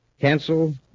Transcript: Cancel